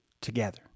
together